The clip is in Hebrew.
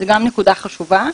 זו גם נקודה חשובה.